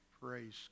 Praise